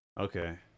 Okay